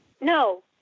No